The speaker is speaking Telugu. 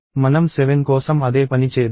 మనం 7 కోసం అదే పని చేద్దాం